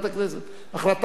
החלטה כבר היתה.